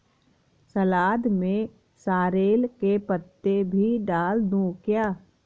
सलाद में सॉरेल के पत्ते भी डाल दूं क्या?